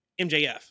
MJF